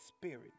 spirit